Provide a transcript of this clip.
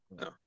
No